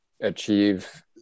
achieve